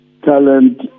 Talent